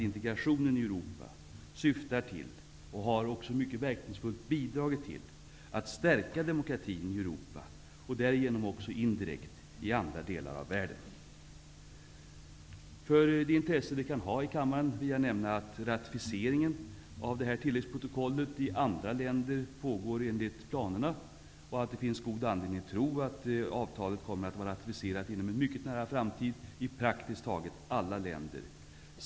Integrationen i Europa syftar till och har också mycket verknigsfullt bidragit till att stärka demokratin i Europa och därigenom också indirekt i andra delar av världen. För det intresse det kan ha i kammaren vill jag nämna att ratificeringen av tilläggsprotokollet pågår enligt planerna i andra länder. Det finns god anledning att tro att avtalet kommer att var ratificerat inom en mycket nära framtid i praktiskt taget alla länder.